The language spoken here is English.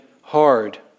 hard